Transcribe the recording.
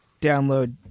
download